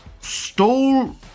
stole